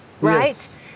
right